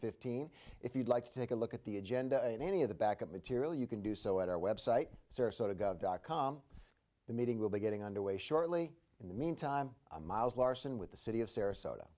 fifteen if you'd like to take a look at the agenda in any of the back of material you can do so at our website sarasota gov dot com the meeting will be getting underway shortly in the mean time miles larson with the city of sarasota